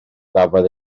gafodd